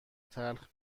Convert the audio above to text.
تلخ